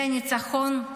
זה ניצחון?